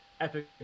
epic